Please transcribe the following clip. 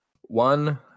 one